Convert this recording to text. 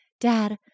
dad